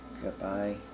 Goodbye